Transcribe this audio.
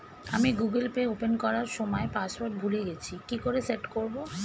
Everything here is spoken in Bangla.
আমি গুগোল পে ওপেন করার সময় পাসওয়ার্ড ভুলে গেছি কি করে সেট করব?